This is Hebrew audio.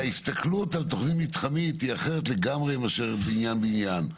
כי ההסתכלות על תכנית מתחמית היא אחרת לגמרי מאשר בניין בניין,